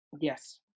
yes